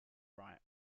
right